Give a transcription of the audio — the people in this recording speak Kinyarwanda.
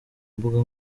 mbuga